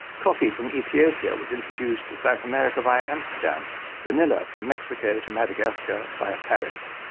coffee from ethiopia was introduced to south america via amsterdam vanilla from mexico to madagascar via paris.